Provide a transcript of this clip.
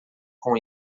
com